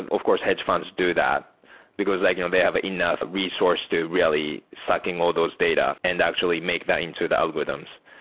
of course, hedge funds do that because like you know they have enough resource to really sucking all those data and actually make that into the algorithms.